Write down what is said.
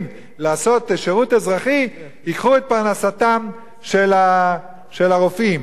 לעשות שירות אזרחי ייקחו את פרנסתם של הרופאים.